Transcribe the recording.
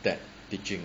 that teaching